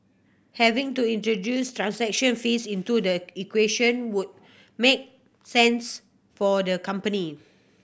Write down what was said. having to introduce transaction fees into the equation would make sense for the company